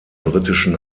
britischen